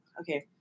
okay